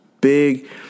Big